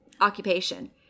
occupation